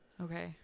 okay